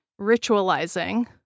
ritualizing